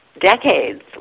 decades